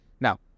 Now